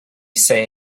say